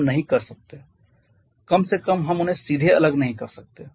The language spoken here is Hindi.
हम नहीं कर सकते कम से कम हम उन्हें सीधे अलग नहीं कर सकते